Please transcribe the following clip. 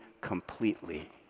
completely